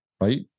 Right